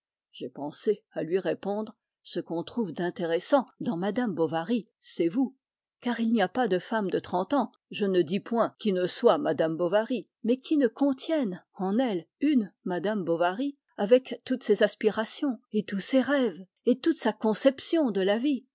j'ai pensé à lui répondre ce qu'on trouve d'intéressant dans madame bovary c'est vous car il n'y a pas de femme de trente ans je ne dis point qui ne soit madame bovary mais qui ne contienne en elle une madame bovary avec toutes ses aspirations et tous ses rêves et toute sa conception de la vie